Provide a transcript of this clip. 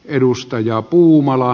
edustaja puumala